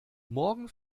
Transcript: morgen